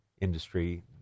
industry